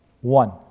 one